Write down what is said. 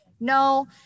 no